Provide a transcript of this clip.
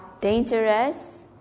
dangerous